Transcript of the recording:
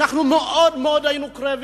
היינו מאוד קרובים,